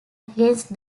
against